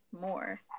more